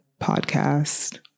podcast